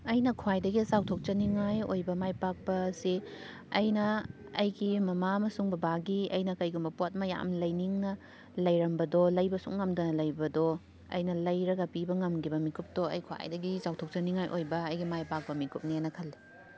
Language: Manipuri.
ꯑꯩꯅ ꯈ꯭ꯋꯥꯏꯗꯒꯤ ꯆꯥꯎꯊꯣꯛ ꯆꯅꯤꯡꯉꯥꯏ ꯑꯣꯏꯕ ꯃꯥꯏ ꯄꯥꯛꯄ ꯑꯁꯤ ꯑꯩꯅ ꯑꯩꯒꯤ ꯃꯃꯥ ꯑꯃꯁꯨꯡ ꯕꯕꯥꯒꯤ ꯑꯩꯅ ꯀꯩꯒꯨꯝꯕ ꯄꯣꯠ ꯑꯃ ꯌꯥꯝ ꯂꯩꯅꯤꯡꯅ ꯂꯣꯔꯝꯕꯗꯣ ꯂꯩꯕꯁꯨꯝ ꯉꯝꯗꯅ ꯂꯩꯕꯗꯣ ꯑꯩꯅ ꯂꯩꯔꯒ ꯄꯤꯕ ꯉꯝꯈꯤꯕ ꯃꯤꯀꯨꯞꯇꯣ ꯑꯩ ꯈ꯭ꯋꯥꯏꯗꯒꯤ ꯆꯥꯎꯊꯣꯛ ꯆꯅꯤꯡꯉꯥꯏ ꯑꯣꯏꯕ ꯑꯩꯒꯤ ꯃꯥꯏ ꯄꯥꯛꯄ ꯃꯤꯀꯨꯞꯅꯦꯅ ꯈꯜꯂꯤ